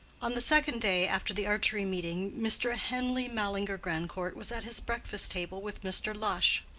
on the second day after the archery meeting, mr. henleigh mallinger grandcourt was at his breakfast-table with mr. lush.